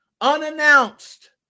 unannounced